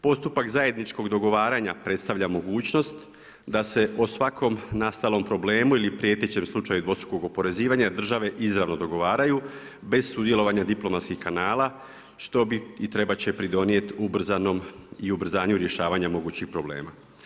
Postupak zajedničkog dogovaranja predstavlja mogućnost da se o svakom nastalom problemu ili prijetećem slučaju dvostrukog oporezivanja države izravno dogovaraju bez sudjelovanja diplomatskih kanala što bi i trebati će pridonijeti ubrzanom i ubrzanju rješavanja mogućih problema.